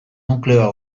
nukleoa